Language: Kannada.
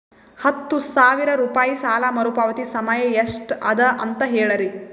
ಹತ್ತು ಸಾವಿರ ರೂಪಾಯಿ ಸಾಲ ಮರುಪಾವತಿ ಸಮಯ ಎಷ್ಟ ಅದ ಅಂತ ಹೇಳರಿ?